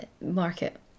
market